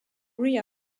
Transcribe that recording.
ria